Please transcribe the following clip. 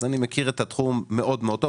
אז אני מכיר את התחום מאוד טוב.